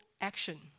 action